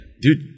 dude